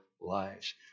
lives